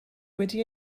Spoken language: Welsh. wedi